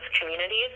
communities